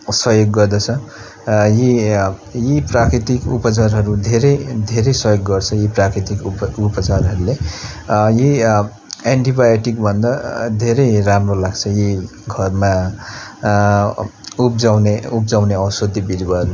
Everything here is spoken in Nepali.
सहयोग गर्दछ यी यी प्राकृतिक उपचारहरू धेरै धेरै सहयोग गर्छ यी प्राकृतिक उप उपचारहरूले यी एन्टिबायोटिक भन्दा धेरै राम्रो लाग्छ यी घरमा उब्जाउने उब्जाउने औषधी बिरुवाहरू